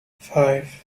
five